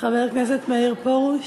חבר הכנסת מאיר פרוש.